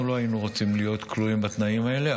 שאנחנו לא היינו רוצים להיות כלואים בתנאים האלה,